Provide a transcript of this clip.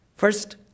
First